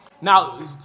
Now